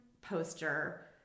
poster